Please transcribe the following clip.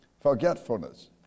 forgetfulness